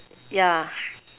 yeah